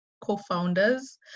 co-founders